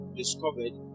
discovered